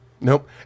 nope